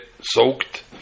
soaked